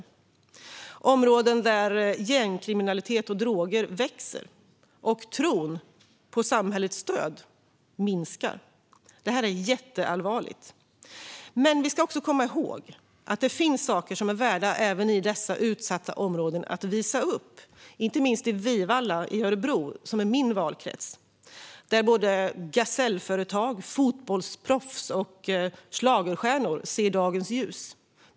Det är områden där gängkriminalitet och droger ökar och tron på samhällets stöd minskar. Det är jätteallvarligt. Men vi ska också komma ihåg att det finns saker som är värda att visa upp också i dessa utsatta områden. Inte minst i Vivalla i Örebro, i min valkrets, där både gasellföretag, fotbollsproffs och schlagerstjärnor ser dagens ljus.